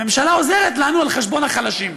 הממשלה עוזרת לנו על חשבון החלשים.